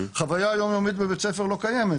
החוויה היומיומית בבית ספר לא קיימת,